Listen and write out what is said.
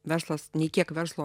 verslas nei kiek verslo